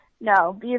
No